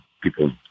People